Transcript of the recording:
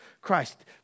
Christ